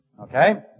Okay